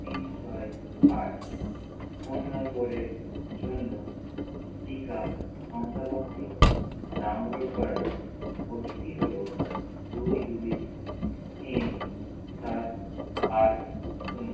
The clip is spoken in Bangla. তিন ছয় আট ফোন নম্বরের জন্য টিকা শংসাপত্র ডাউনলোড করার ও টি পি হলো দুই দুই তিন সাত আট শূন্য